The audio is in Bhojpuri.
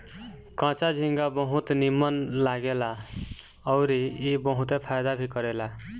कच्चा झींगा बहुत नीमन लागेला अउरी ई बहुते फायदा भी करेला